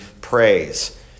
praise